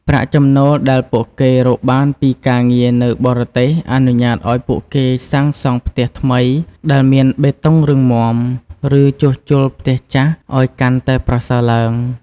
ប្រាក់ចំណូលដែលពួកគេរកបានពីការងារនៅបរទេស អនុញ្ញាតឱ្យពួកគេសាងសង់ផ្ទះថ្មីដែលមានបេតុងរឹងមាំ ឬជួសជុលផ្ទះចាស់ឱ្យកាន់តែប្រសើរឡើង។